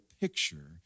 picture